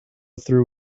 through